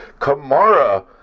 Kamara